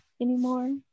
anymore